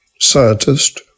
scientist